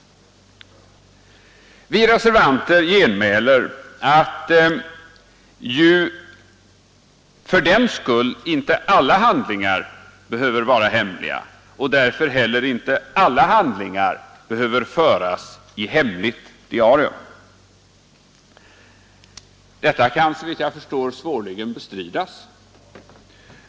Vi reservanter genmäler att ju fördenskull icke alla handlingar behöver vara hemliga och därför heller icke alla handlingar behöver föras i hemligt diarium. Detta kan såvitt jag förstår svårligen bestridas.